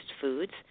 foods